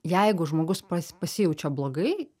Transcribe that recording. jeigu žmogus pas pasijaučia blogai